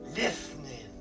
listening